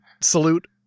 salute